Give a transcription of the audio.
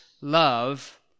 love